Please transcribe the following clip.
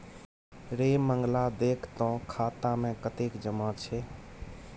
रे मंगला देख तँ खाता मे कतेक जमा छै